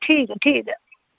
ठीक ठीक ऐ